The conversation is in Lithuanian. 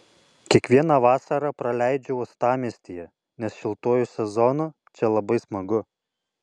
kiekvieną vasarą praleidžiu uostamiestyje nes šiltuoju sezonu čia labai smagu